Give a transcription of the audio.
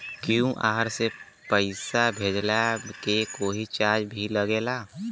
QR से पैसा भेजला के कोई चार्ज भी लागेला?